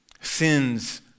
sins